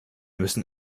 müssen